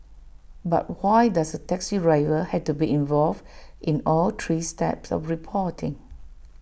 but why does the taxi driver have to be involved in all three steps of reporting